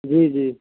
جی جی